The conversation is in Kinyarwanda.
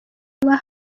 agira